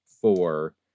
four